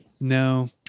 No